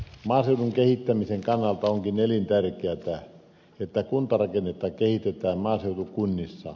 maaseudun kehittämisen kannalta onkin elintärkeätä että kuntarakennetta kehitetään maaseutukunnissa